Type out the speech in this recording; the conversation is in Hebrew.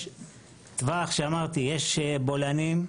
יש בולענים,